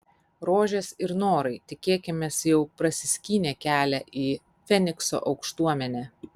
rožės ir norai tikėkimės jau prasiskynė kelią į fenikso aukštuomenę